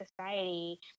society